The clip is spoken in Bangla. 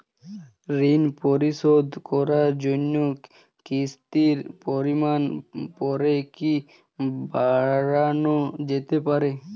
ঋন পরিশোধ করার জন্য কিসতির পরিমান পরে কি বারানো যেতে পারে?